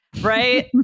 Right